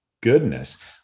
goodness